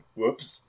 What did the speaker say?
Whoops